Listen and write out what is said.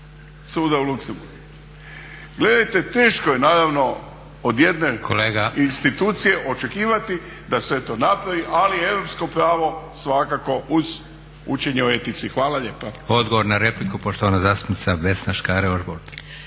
suda u Luxembourgu? Gledajte, teško je naravno od jedne institucije očekivati da sve to napravi, ali europsko pravo svakako uz učenje o etici. Hvala lijepa. **Leko, Josip (SDP)** Odgovor na repliku, poštovana zastupnica Vesna Škare-Ožbolt.